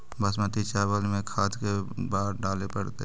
बासमती चावल में खाद के बार डाले पड़तै?